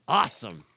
awesome